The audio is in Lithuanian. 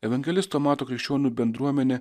evangelisto mato krikščionių bendruomenė